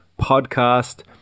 podcast